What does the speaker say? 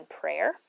prayer